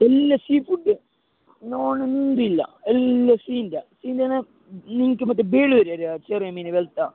എല്ലാ sea food non എന്തും ഇല്ല എല്ലാ സീയിൻറ്റ സീയിൻറ്റയാന്നെ നിങ്ങൾക്ക് മറ്റേ ബേളൂരി അറിയുവോ ചെറിയ മീന് വെളുത്ത